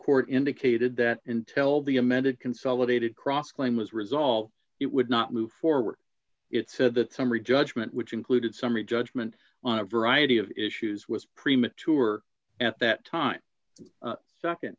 court indicated that until the amended consolidated cross claim was resolved it would not move forward it said the summary judgment which included summary judgment on a variety of issues was premature at that time